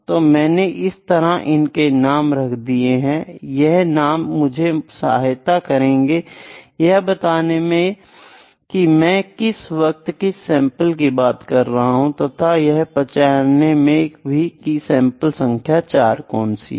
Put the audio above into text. तो मैंने इस तरह इनके नाम रख दिए हैं यह नाम मुझे सहायता करेंगे यह बताने में कि मैं किस वक्त किस सैंपल की बात कर रहा हूं तथा यह पहचानने में भी की सैंपल संख्या 4 कौन सी है